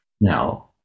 now